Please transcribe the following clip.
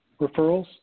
referrals